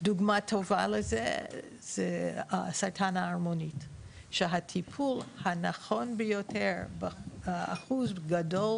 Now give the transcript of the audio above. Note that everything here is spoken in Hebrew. דוגמה טובה לזה זה סרטן הערמונית שהטיפול הנכון ביותר באחוז גדול